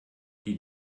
die